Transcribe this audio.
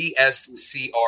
DSCR